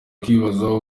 kwibaza